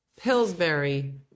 Pillsbury